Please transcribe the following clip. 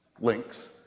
links